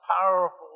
powerful